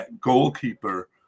goalkeeper